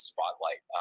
Spotlight